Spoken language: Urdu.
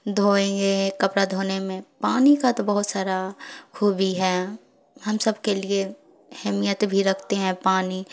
دھوئیں گے کپڑا دھونے میں پانی کا تو بہت سارا خوبی ہے ہم سب کے لیے اہمیت بھی رکھتے ہیں پانی